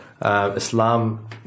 Islam